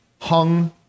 hung